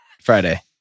Friday